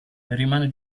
rimane